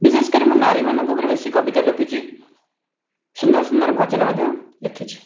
ବିଶେଷ କରି ମୁଁ ନାରୀମାନଙ୍କ ଉପରେ ବେଶୀ କବିତା ଲେଖିଛି ସୁନ୍ଦର ସୁନ୍ଦର ଭଜନ ମଧ୍ୟ ଲେଖିଛି